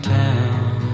town